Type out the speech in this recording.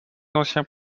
anciens